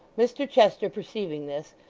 mr chester perceiving this,